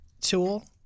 tool